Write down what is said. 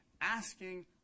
asking